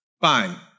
Fine